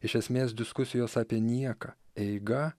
iš esmės diskusijos apie nieką eiga